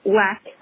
lack